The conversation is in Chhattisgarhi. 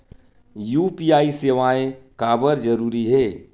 यू.पी.आई सेवाएं काबर जरूरी हे?